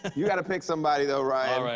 you gotta pick somebody, though, ryan. alright.